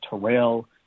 Terrell